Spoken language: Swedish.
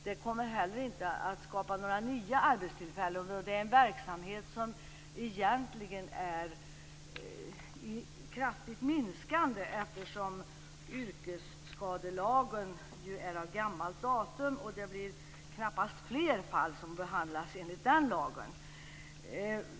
Det kommer heller inte att skapa några nya arbetstillfällen. Det här är en verksamhet som egentligen är kraftigt minskande. Yrkesskadelagen är ju av gammalt datum, och det blir knappast fler fall som behandlas enligt denna.